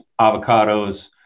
avocados